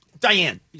Diane